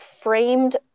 framed